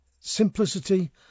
Simplicity